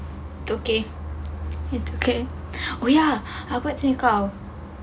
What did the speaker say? towkay towkay oh ya aku nak cari kau